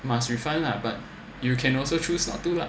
must refund lah but you can also choose not to lah